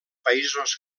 països